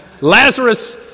Lazarus